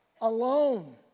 alone